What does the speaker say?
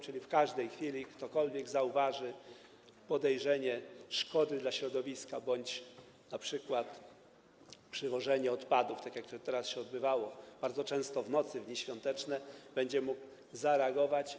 Czyli w każdej chwili ktokolwiek zauważy podejrzenie szkody dla środowiska bądź np. przywożenie odpadów, tak jak to teraz się odbywało, bardzo często w nocy, w dni świąteczne, będzie mógł zareagować.